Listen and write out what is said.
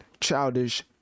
Childish